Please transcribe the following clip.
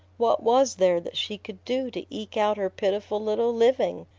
what was there that she could do to eke out her pitiful little living?